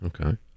Okay